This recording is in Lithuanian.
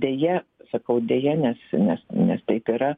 deja sakau deja nes nes nes taip yra